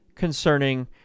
Concerning